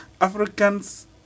Africans